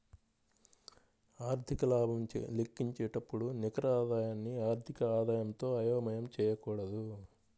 ఆర్థిక లాభం లెక్కించేటప్పుడు నికర ఆదాయాన్ని ఆర్థిక ఆదాయంతో అయోమయం చేయకూడదు